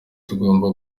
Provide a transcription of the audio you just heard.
tugomba